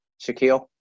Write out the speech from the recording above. Shaquille